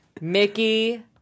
mickey